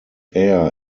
air